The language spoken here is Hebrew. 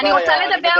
ניבי,